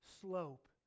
slope